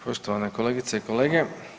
Poštovane kolegice i kolege.